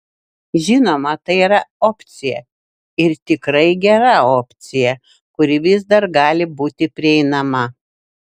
žinoma tai yra opcija ir tikrai gera opcija kuri vis dar gali būti prieinama